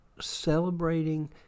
celebrating